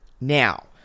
now